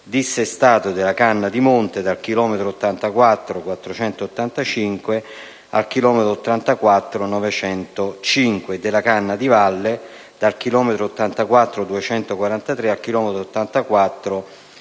dissestato della canna di monte (dal chilometro 84,485 al chilometro 84,905) e della canna di valle (dal chilometro 84,243 al chilometro 84,474),